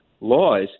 laws